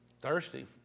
thirsty